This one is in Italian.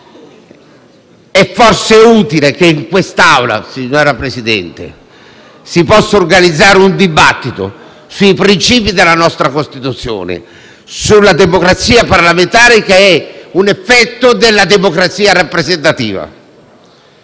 È forse utile che in quest'Assemblea, signor Presidente, si organizzi un dibattito sui princìpi della nostra Costituzione e sulla democrazia parlamentare che è un effetto della democrazia rappresentativa.